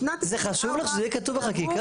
זה חשוב לך שזה יהיה כתוב בחקיקה?